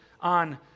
on